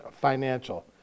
financial